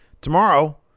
tomorrow